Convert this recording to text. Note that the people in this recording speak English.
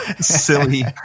silly